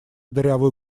дырявую